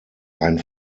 ein